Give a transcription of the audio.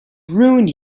ruined